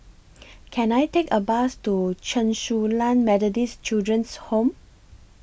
Can I Take A Bus to Chen Su Lan Methodist Children's Home